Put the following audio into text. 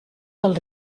del